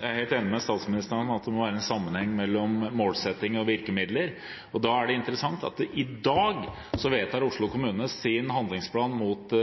helt enig med statsministeren i at det må være en sammenheng mellom målsetting og virkemidler. Da er det interessant at i dag vedtar Oslo kommune sin handlingsplan mot